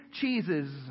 cheeses